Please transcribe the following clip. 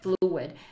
fluid